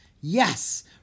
Yes